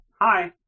Hi